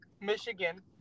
michigan